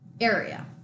area